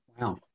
Wow